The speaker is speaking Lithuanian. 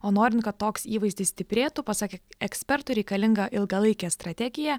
o norint kad toks įvaizdis stiprėtų pasak ekspertų reikalinga ilgalaikė strategija